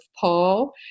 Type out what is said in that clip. Paul